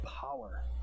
power